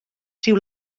rhyw